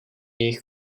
jejich